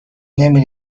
نمی